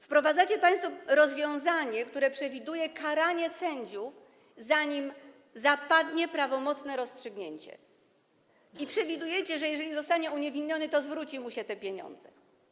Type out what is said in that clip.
Wprowadzacie państwo rozwiązanie, które przewiduje karanie sędziów, zanim zapadnie prawomocne rozstrzygnięcie, i przewidujecie, że jeżeli sędzia zostanie uniewinniony, to zwróci mu się te pieniądze.